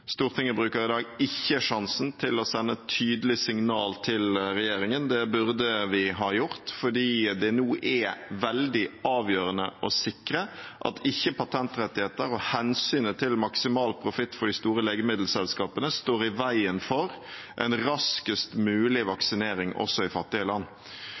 Stortinget bruker i dag ikke sjansen til å sende et tydelig signal til regjeringen. Det burde vi ha gjort, fordi det nå er veldig avgjørende å sikre at ikke patentrettigheter og hensynet til maksimal profitt for de store legemiddelselskapene står i veien for en raskest mulig vaksinering også i fattige land.